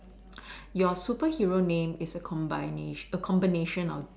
your superhero name is a combin~ a combination of